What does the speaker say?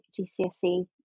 GCSE